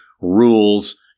rules